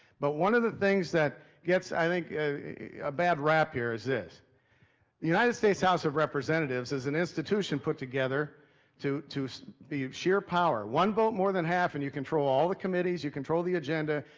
but one of the things that gets, i think a a bad rap here is this the united states house of representatives is an institution put together to to be of sheer power. one vote more than half and you control all of the committees, you control the agenda,